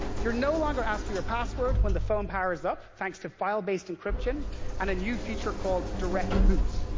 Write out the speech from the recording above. you're no longer asked for your password when the phone powers up, thanks to file-based encryption and a new feature called direct boot.